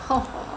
好